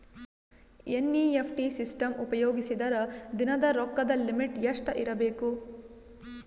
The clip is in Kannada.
ಎನ್.ಇ.ಎಫ್.ಟಿ ಸಿಸ್ಟಮ್ ಉಪಯೋಗಿಸಿದರ ದಿನದ ರೊಕ್ಕದ ಲಿಮಿಟ್ ಎಷ್ಟ ಇರಬೇಕು?